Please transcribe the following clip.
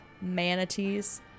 Manatees